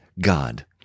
God